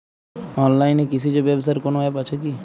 অনলাইনে কৃষিজ ব্যবসার কোন আ্যপ আছে কি?